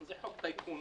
זה חוק טייקונים,